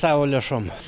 savo lėšom